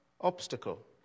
obstacle